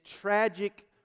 tragic